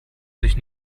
sich